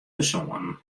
persoanen